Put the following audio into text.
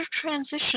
transition